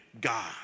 God